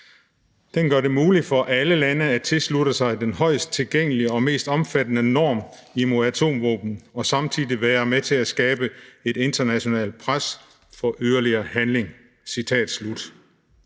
Den gør det muligt for alle lande at tilslutte sig den højest tilgængelige og mest omfattende norm imod atomvåben og samtidig være med til at skabe et internationalt pres for yderligere handling.